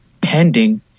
pending